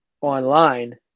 online